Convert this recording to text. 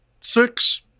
six